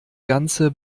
ganze